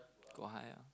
go high up